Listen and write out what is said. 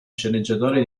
sceneggiatore